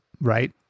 right